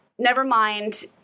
Nevermind